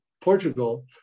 Portugal